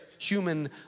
human